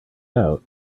out